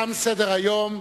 תם סדר-היום.